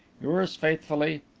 yours faithfully,